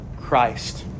Christ